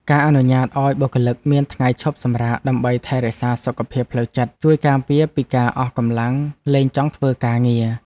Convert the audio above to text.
ការអនុញ្ញាតឱ្យបុគ្គលិកមានថ្ងៃឈប់សម្រាកដើម្បីថែរក្សាសុខភាពផ្លូវចិត្ត ជួយការពារពីការអស់កម្លាំងលែងចង់ធ្វើការងារ។